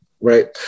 right